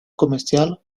comercial